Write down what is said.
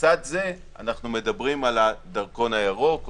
לצד זה אנחנו מדברים על הדרכון הירוק,